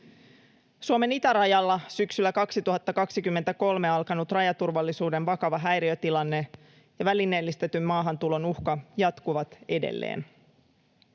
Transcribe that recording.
Suomen itärajalla syksyllä 2023 alkanut rajaturvallisuuden vakava häiriötilanne ja välineellistetyn maahantulon uhka jatkuvat edelleen.